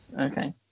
Okay